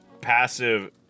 passive